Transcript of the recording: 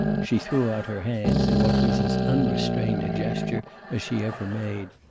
she threw out her hands in what was as unrestrained a gesture as she ever made.